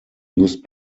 used